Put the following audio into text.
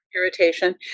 irritation